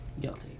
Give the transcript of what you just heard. guilty